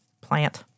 Plant